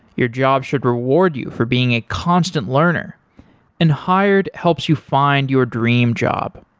your job should reward you for being a constant learner and hired help you find your dream job.